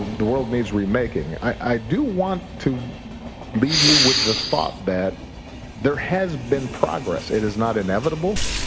the world needs remaking, i do want to leave you with the thought that there has been progress. it is not inevitable,